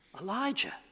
Elijah